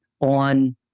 on